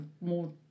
more